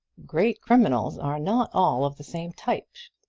great criminals are not all of the same type,